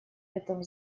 этом